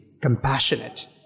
compassionate